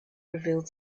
revealed